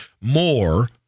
more